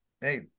hey